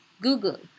Google